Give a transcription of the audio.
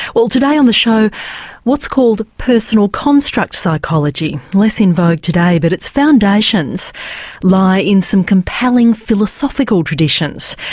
well today on the show what's called personal construct psychology, less in vogue today but its foundations lie in some compelling philosophical traditions.